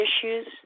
issues